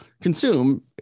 consume